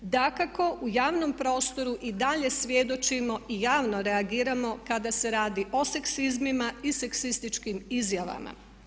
Dakako u javnom prostoru i dalje svjedočimo i javno reagiramo kada se radi o seksizmima i seksističkim izjavama.